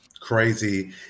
crazy